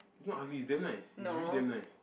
it's not ugly it's damn nice it's really damn nice